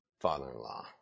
father-in-law